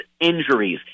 injuries